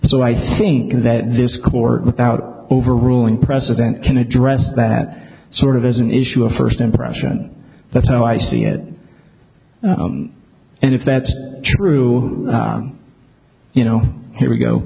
so i think that this court without overruling president can address that sort of as an issue of first impression that's so i see it and if that's true you know here we go